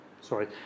sorry